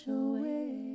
away